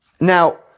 Now